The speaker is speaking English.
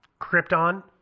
Krypton